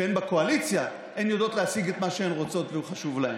כשהן בקואליציה הן יודעות להשיג את מה שהן רוצות וחשוב להן.